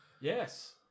yes